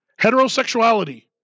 heterosexuality